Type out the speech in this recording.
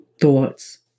thoughts